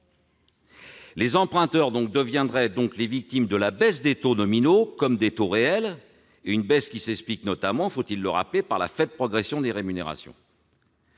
Les emprunteurs deviendraient donc les victimes de la baisse des taux nominaux comme des taux réels, une baisse qui s'explique, notamment- faut-il le rappeler ? -par la faible progression des rémunérations.